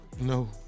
No